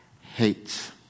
hates